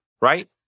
right